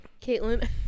Caitlin